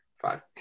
five